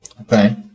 Okay